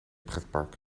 pretpark